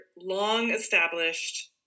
long-established